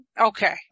Okay